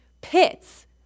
pits